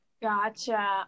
Gotcha